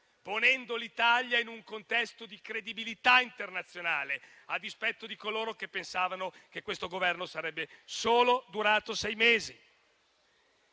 ponendo l'Italia in un contesto di credibilità internazionale, a dispetto di coloro che pensavano che questo Governo sarebbe durato solo sei mesi.